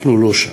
אנחנו לא שם.